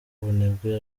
ubunebwe